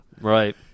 Right